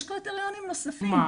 יש קריטריונים נוספים.